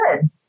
good